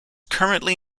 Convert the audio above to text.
currently